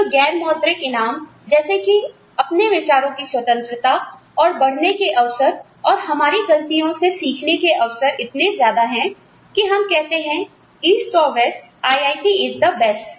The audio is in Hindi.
तो गैर मौद्रिक इनाम जैसे कि अपने विचारों की स्वतंत्रता और बढ़ने के अवसर और हमारी ग़लतियों से सीखने के अवसर इतने ज्यादा हैं कि हम कहते हैं ईस्ट और west IIT is the best